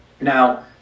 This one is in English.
Now